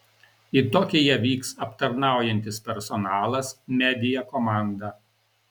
į tokiją vyks aptarnaujantis personalas media komanda